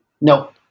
no